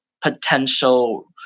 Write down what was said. potential